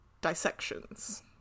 dissections